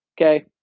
Okay